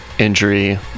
injury